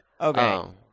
Okay